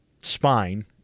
spine